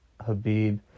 Habib